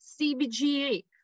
CBGA